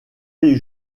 les